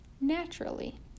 Naturally